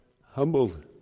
humbled